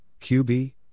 QB